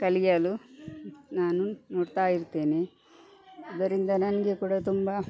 ಕಲಿಯಲು ನಾನು ನೋಡ್ತಾ ಇರ್ತೇನೆ ಇದರಿಂದ ನನಗೆ ಕೂಡ ತುಂಬ